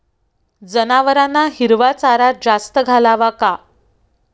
जनावरांना हिरवा चारा जास्त घालावा का?